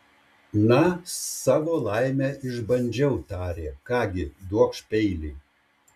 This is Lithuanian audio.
na savo laimę išbandžiau tarė ką gi duokš peilį